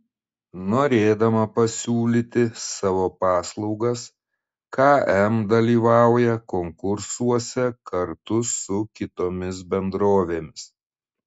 norėdama pasiūlyti savo paslaugas km dalyvauja konkursuose kartu su kitomis bendrovėmis